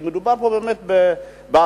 כי מדובר פה באמת במאות,